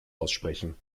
aussprechen